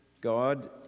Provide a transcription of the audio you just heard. God